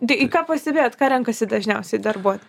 tai ką pastebėjot ką renkasi dažniausiai darbuot